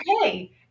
okay